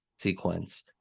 sequence